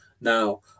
now